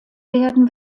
werden